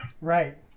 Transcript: Right